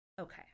okay